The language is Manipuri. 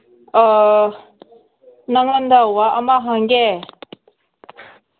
ꯑꯣ ꯅꯪꯉꯣꯟꯗ ꯋꯥ ꯑꯃ ꯍꯪꯒꯦ